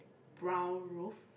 brown roof